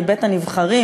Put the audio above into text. מבית-הנבחרים,